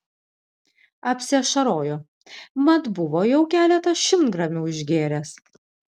apsiašarojo mat buvo jau keletą šimtgramių išgėręs